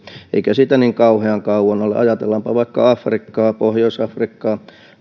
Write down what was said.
eikä siitä niin kauhean kauan ole ajatellaanpa vaikka afrikkaa pohjois afrikkaa